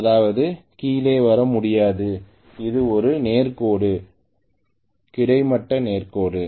அதாவது கீழே வர முடியாது அது ஒரு நேர் கோடு கிடைமட்ட நேர் கோடு